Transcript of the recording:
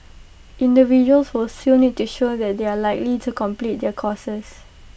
individuals will still need to show that they are likely to complete their courses